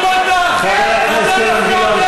חבר הכנסת אילן גילאון,